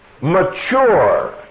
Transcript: mature